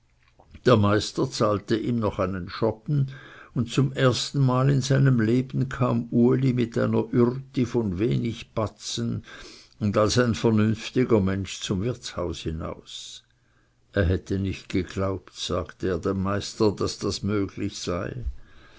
der meister zahlte ihm noch einen schoppen und zum erstenmal in seinem leben kam uli mit einer ürti von wenig batzen und als ein vernünftiger mensch zum wirtshaus hinaus er hätte nicht geglaubt sagte er dem meister daß das möglich sei